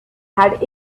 had